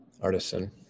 artisan